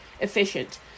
efficient